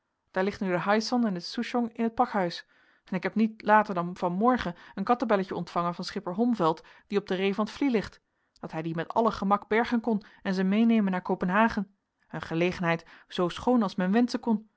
daar ligt nu de hyson en souchong in het pakhuis en ik heb niet later dan van morgen een kattebelletje ontvangen van schipper holmfeld die op de ree van t vlie ligt dat hij die met alle gemak bergen kon en ze meenemen naar kopenhagen een gelegenheid zoo schoon als men